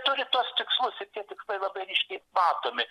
turi tuos tikslus ir tie tikslai labai ryškiai matomi